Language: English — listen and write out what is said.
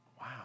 wow